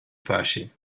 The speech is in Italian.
fasci